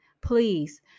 Please